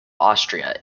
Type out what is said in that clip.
austria